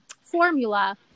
formula